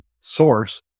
source